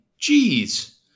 Jeez